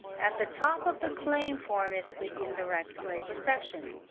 at the top of the claim form is the indirect labor section.